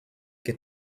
get